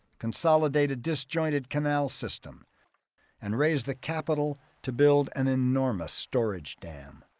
consolidate a disjointed canal system and raise the capital to build an enormous storage dam.